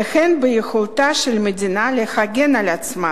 והן ביכולתה של המדינה להגן על עצמה